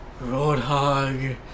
Roadhog